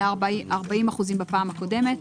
היה 40% בפעם הקודמת.